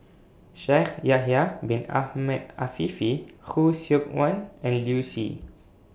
Shaikh Yahya Bin Ahmed Afifi Khoo Seok Wan and Liu Si